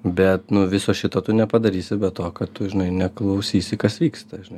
bet nu viso šito tu nepadarysi be to kad tu žinai neklausysi kas vyksta žinai